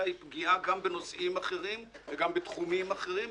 פגיעה גם בנושאים אחרים וגם בתחומים אחרים.